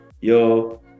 yo